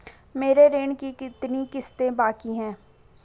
मेरे ऋण की कितनी किश्तें बाकी हैं?